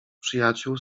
przyjaciół